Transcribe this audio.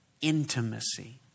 intimacy